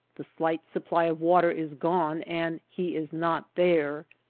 the slight supply of water is gone and he is not there,